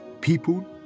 people